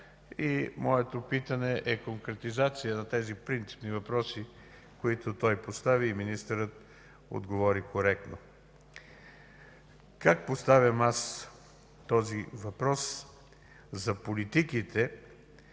Моето питане е конкретизация на принципните въпроси, които той постави, и Вие, като министър, отговорихте коректно. Как поставям аз този въпрос – за политиките,